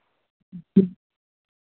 ᱦᱮᱸ